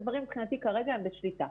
הדברים מבחינתי כרגע הם בשליטה,